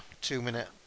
two-minute